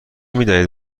بدهید